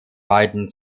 beiden